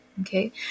Okay